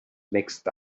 mixed